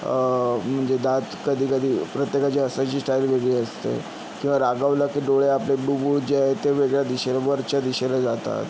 म्हजे दात कधी कधी प्रत्येकाची हसायची स्टाईल वेगळी असते किंवा रागावलं की डोळे आपले बुबुळ जे आहेत ते वेगळ्या दिशे वरच्या दिशेला जातात